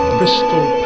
crystal